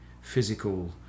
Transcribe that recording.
physical